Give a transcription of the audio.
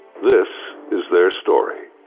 this is their story.